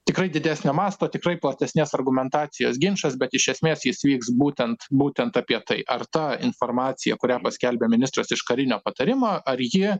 tikrai didesnio masto tikrai platesnės argumentacijos ginčas bet iš esmės jis vyks būtent būtent apie tai ar ta informacija kurią paskelbė ministras iš karinio patarimo ar ji